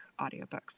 audiobooks